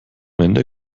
ende